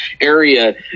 area